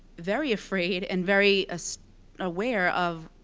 very afraid and very ah so aware of